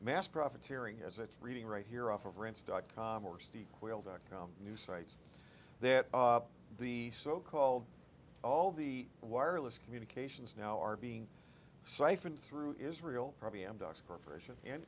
it's reading right here off of rense dot com or steve quail dot com news sites that the so called all the wireless communications now are being siphoned through israel probably i